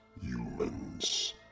humans